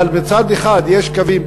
אבל מצד אחד יש קווים,